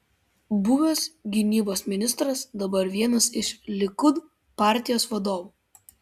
buvęs gynybos ministras dabar vienas iš likud partijos vadovų